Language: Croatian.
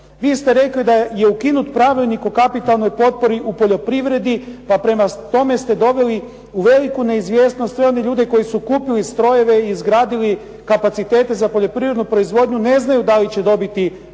Vi ste rekli da je ukinut Pravilnik o kapitalnoj potpori u poljoprivredi pa prema tome ste doveli u veliku neizvjesnost sve one ljude koji su kupili strojeve i izgradili kapacitete za poljoprivrednu proizvodnju. Ne znaju da li će dobiti